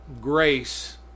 grace